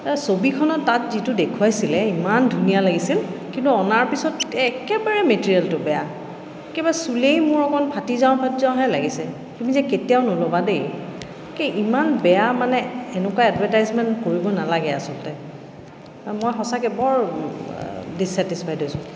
এই ছবিখনত তাত যিটো দেখুৱাইছিলে ইমান ধুনীয়া লাগিছিল কিন্তু অনাৰ পিছত একেবাৰে মেটেৰিয়েলটো বেয়া কিবা চুলেই মোৰ অকণ ফাটি যাওঁ ফাটি যাওঁহে লাগিছে তুমি যে কেতিয়াও নল'বা দেই এই ইমান বেয়া মানে এনেকুৱা এডভাৰটাইজমেন কৰিব নালাগে আচলতে অঁ মই সঁচাকৈ বৰ ডিচচেটিছফাইড হৈছোঁ